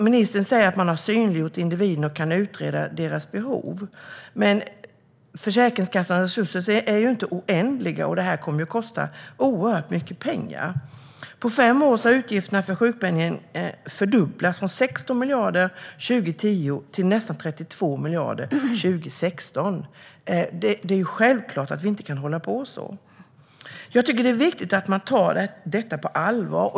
Ministern säger att man har synliggjort individerna och kan utreda deras behov. Men Försäkringskassans resurser är ju inte oändliga, och detta kommer att kosta oerhört mycket pengar. På fem år har utgifterna för sjukpenningen fördubblats från 16 miljarder år 2010 till nästan 32 miljarder år 2016. Det är självklart att vi inte kan hålla på så. Det är viktigt att man tar detta på allvar.